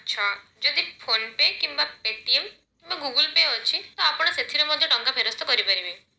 ଆଚ୍ଛା ଯଦି PhonePe କିମ୍ବା ପେଟିଏମ୍ କିମ୍ବା ଗୁଗୁଲ୍ ପେ ଅଛି ତ ଆପଣ ସେଥିରେ ମଧ୍ୟ ଟଙ୍କା ଫେରସ୍ତ କରିପାରିବେ